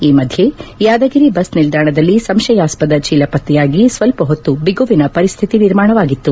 ಈ ಮಧ್ಯೆ ಯಾದಗಿರಿ ಬಸ್ ನಿಲ್ದಾಣದಲ್ಲಿ ಸಂಶಯಾಸ್ವದ ಚೀಲ ಪತ್ತೆಯಾಗಿ ಸ್ವಲ್ಪ ಹೊತ್ತು ಬಿಗುವಿನ ಪರಿಸ್ತಿತಿ ನಿರ್ಮಾಣವಾಗಿತ್ತು